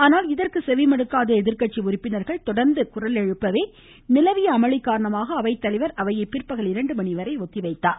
ஆனால் இதற்கு செவிமடுக்காத எதிர்கட்சி உறுப்பினர்கள் தொடர்ந்து குரல் எழுப்பவே நிலவிய அமளி காரணமாக அவைத்தலைவர் அவையை பிற்பகல் இரண்டுமணிவரை ஒத்திவைத்தார்